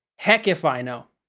heck if i know.